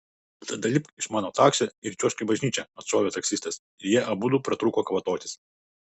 tada lipk iš mano taksio ir čiuožk į bažnyčią atšovė taksistas ir jie abudu pratrūko kvatotis